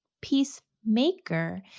Peacemaker